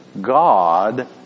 God